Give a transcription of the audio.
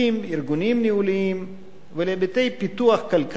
ארגוניים וניהוליים ולהיבטי פיתוח כלכלי,